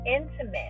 intimate